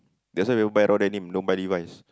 that's why don't buy raw denim don't buy Levi's